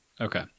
Okay